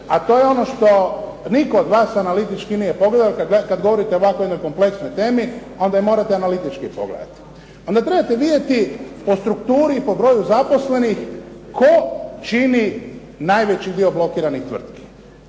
a to je ono što nitko od nas analitički nije pogledao, jer kad govorite o ovako jednoj kompleksnoj temi onda je morate analitički pogledati. Onda trebate vidjeti po strukturi i po broju zaposlenih tko čini najveći dio blokiranih tvrtki?